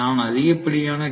நான் அதிகப்படியான டி